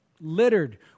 littered